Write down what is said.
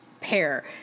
pair